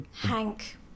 Hank